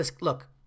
Look